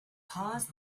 caused